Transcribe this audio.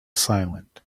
silent